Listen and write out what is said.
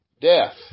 Death